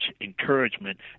encouragement